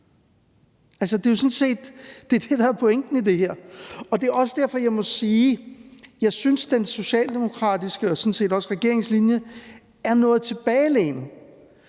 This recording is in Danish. der er pointen i det her. Det er også derfor, jeg må sige, at jeg synes, den socialdemokratiske og sådan set også regeringens linje er noget tilbagelænet,